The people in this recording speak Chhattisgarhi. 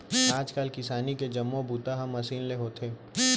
आज काल किसानी के जम्मो बूता ह मसीन ले होथे